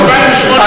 2008, נכון.